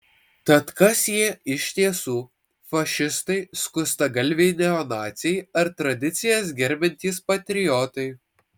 tad kas jie iš tiesų fašistai skustagalviai neonaciai ar tradicijas gerbiantys patriotai